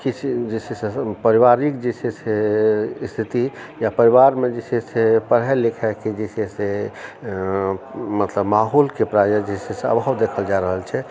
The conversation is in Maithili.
किछु जे छै से पारिवारिक जे छै से स्थिति या परिवारमे जे छै से पढ़ाइ लिखाइके जे छै से मतलब माहौलके प्रायः जे छै से अभाव देखल जा रहल छै